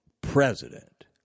president